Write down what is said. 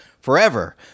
forever